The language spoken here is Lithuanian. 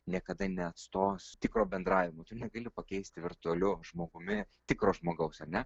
niekada neatstos tikro bendravimo tu negali pakeisti virtualiu žmogumi tikro žmogaus ar ne